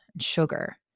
sugar